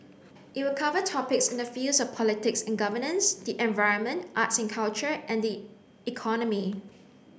it will cover topics in the fields of politics and governance the environment arts and culture and the economy